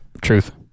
truth